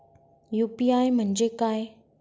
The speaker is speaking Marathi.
यू.पी.आय म्हणजे काय?